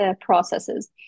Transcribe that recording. processes